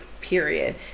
period